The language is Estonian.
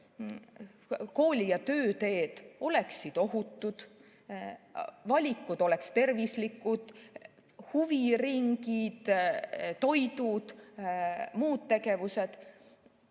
kooli‑ ja tööteed oleksid ohutud, et oleksid tervislikud valikud, huviringid, toidud, muud tegevused.